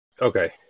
Okay